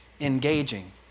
engaging